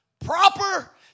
proper